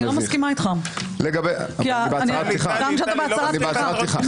אני לא מסכימה איתך, גם כשאתה בהצהרת פתיחה.